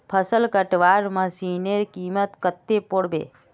फसल कटवार मशीनेर कीमत कत्ते पोर बे